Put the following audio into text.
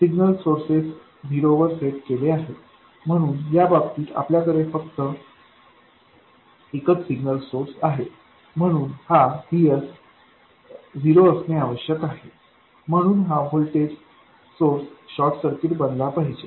signal sources झिरोवर set केले आहेत म्हणून या बाबतीत आपल्याकडे फक्त एकच सिग्नल सोर्स आहे म्हणून हा VSझिरो असणे आवश्यक आहे म्हणून हा व्होल्टेज सोर्स शॉर्ट सर्किट बनला पाहिजे